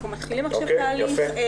אנחנו מתחילים עכשיו תהליך.